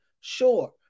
Sure